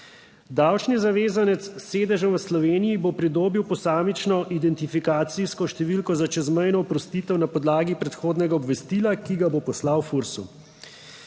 Davčni zavezanec s sedežem v Sloveniji bo pridobil posamično identifikacijsko številko za čezmejno oprostitev na podlagi predhodnega obvestila, ki ga bo poslal Fursu.